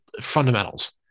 fundamentals